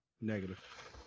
Negative